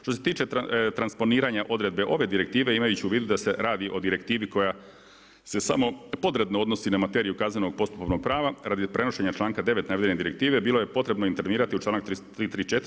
Što se tiče transponiranja odredbe ove direktive imajući u vidu da se radi o direktivi koja se samo podredno odnosi na materiju kaznenog postupovnog prava radi prenošenja članka 9. navedene direktive bilo je potrebno intervenirati u članak 334.